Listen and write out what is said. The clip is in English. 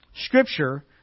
Scripture